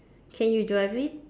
can you drive it